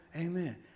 Amen